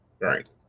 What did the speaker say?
Right